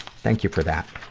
thank you for that.